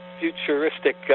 futuristic